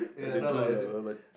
that they drool lah but